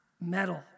metal